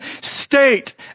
state